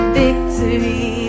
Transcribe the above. victory